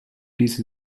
ließe